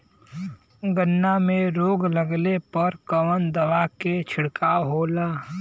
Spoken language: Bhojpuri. गन्ना में रोग लगले पर कवन दवा के छिड़काव होला?